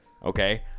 Okay